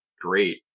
great